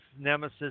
nemesis